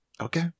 Okay